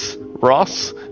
Ross